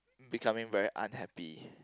becoming very unhappy